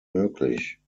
möglich